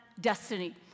destiny